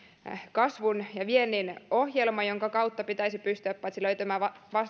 kasvun ja viennin ohjelma jonka kautta pitäisi pystyä paitsi löytämään